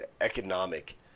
economic